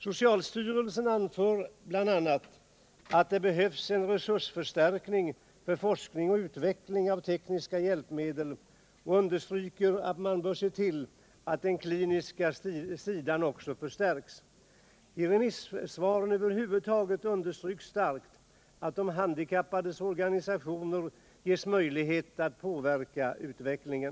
Socialstyrelsen anför bl.a. att det behövs en resursförstärkning för forskning och utveckling av tekniska hjälpmedel och understryker att också den kliniska sidan bör förstärkas. I remissvaren över huvud taget understryks starkt att de handikappades organisationer skall ges möjlighet att påverka utvecklingen.